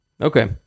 Okay